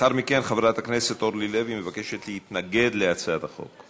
לאחר מכן חברת הכנסת אורלי לוי מבקשת להתנגד להצעת החוק.